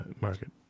market